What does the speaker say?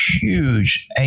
huge